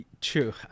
True